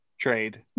trade